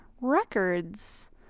Records